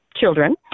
children